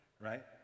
right